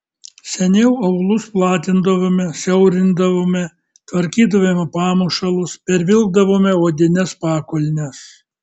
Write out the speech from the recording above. seniau aulus platindavome siaurindavome tvarkydavome pamušalus pervilkdavome odines pakulnes